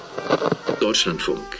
Deutschlandfunk